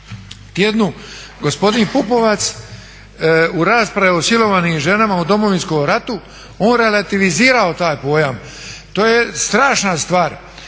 tjednu gospodin Pupovac u raspravi o silovanim ženama u Domovinskom ratu on relativizirao taj pojam. To je strašna stvar